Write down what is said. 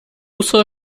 uso